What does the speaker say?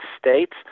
states